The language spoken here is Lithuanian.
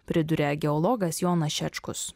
priduria geologas jonas šečkus